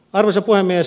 arvoisa puhemies